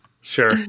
Sure